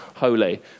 Holy